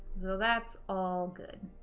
so that's all good.